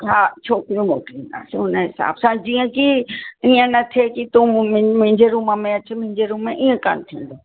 हा छोकिरियूं मोकिलींदासीं उन हिसाब सां जीअं की ईअं न थिए की तूं मु मुंहिंजे रूम में अच मुंहिजे रूम में ईअं कोन्ह थींदो